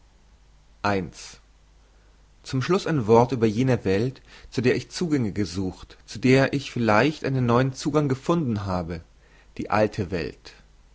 zum schluss ein wort über jene welt zu der ich zugänge gesucht zu der ich vielleicht einen neuen zugang gefunden habe die alte welt